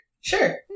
Sure